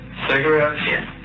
Cigarettes